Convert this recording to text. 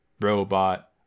robot